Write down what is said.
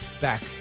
Back